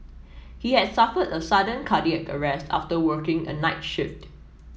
he had suffered a sudden cardiac arrest after working a night shift